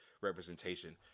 representation